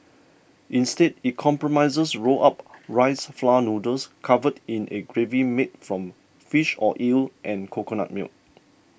instead it comprises rolled up rice flour noodles covered in a gravy made from fish or eel and coconut milk